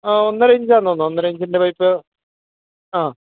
ഒന്നര ഇഞ്ചാന്ന് തോന്നുന്നു ഒന്നര ഇഞ്ചിൻ്റെ പൈപ്പ് ആ